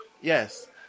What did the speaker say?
Yes